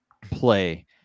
play